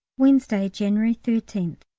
wednesday, january thirteenth.